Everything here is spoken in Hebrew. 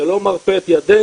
זה לא מרפה את ידינו,